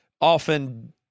often